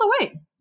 away